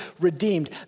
redeemed